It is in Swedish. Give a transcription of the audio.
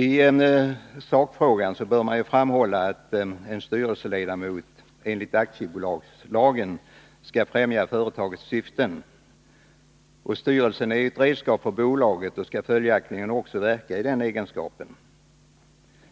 I sakfrågan bör man framhålla att en styrelseledamot enligt aktiebolagslagen skall främja företagets syften. Styrelsen är ett redskap för bolaget och skall följaktligen också verka i den egenskapen.